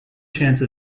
chance